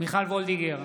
מיכל מרים וולדיגר,